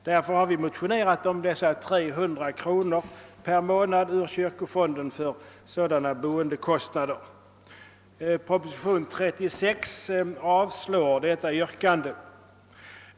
Därför har vi motionerat om dessa 300 kronor per månad ur kyrkofonden för sådana boendekostnader, men i propositionen nr 36 avslås detta yrkande.